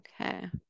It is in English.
okay